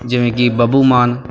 ਜਿਵੇਂ ਕਿ ਬੱਬੂ ਮਾਨ